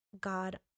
God